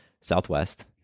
southwest